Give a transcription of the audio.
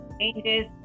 changes